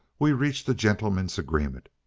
we reached a gentleman's agreement.